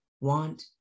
want